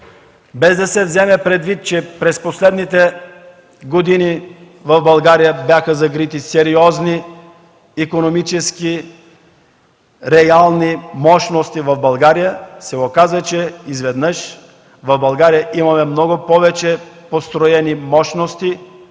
без да се вземе предвид, че през последните години в България бяха закрити сериозни икономически реални мощности, се оказа, че изведнъж у нас има много повече построени мощности,